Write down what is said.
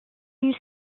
une